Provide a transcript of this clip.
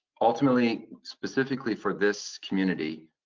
ultimately, specifically for this community,